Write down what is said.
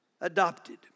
adopted